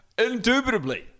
indubitably